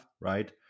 right